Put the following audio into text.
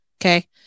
okay